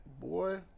boy